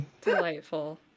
Delightful